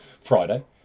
Friday